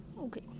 Okay